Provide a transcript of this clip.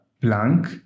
blank